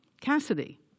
Cassidy